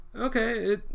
okay